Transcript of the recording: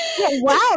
Wow